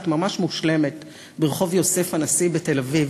ממש מושלמת ברחוב יוסף הנשיא בתל-אביב.